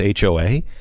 HOA